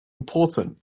important